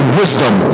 wisdom